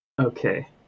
okay